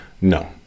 No